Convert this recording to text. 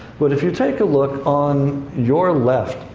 but if you take a look on your left,